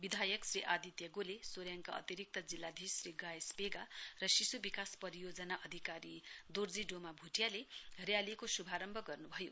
विधायक श्री आदित्य गोले सोर्याङका अतिरिक्त जिल्लाधीश श्री गायस पेगा र शिश् विकास परियोजना अधिकारी दोर्जी डोमा भ्टियाले रयालीको श्भारम्भ गर्न्भयो